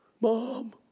Mom